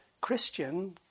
Christian